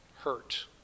hurt